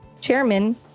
Chairman